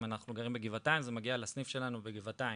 אם אנחנו גרים בגבעתיים זה מגיע לסניף שלנו בגבעתיים,